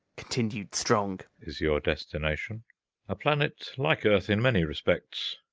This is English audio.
continued strong, is your destination a planet like earth in many respects,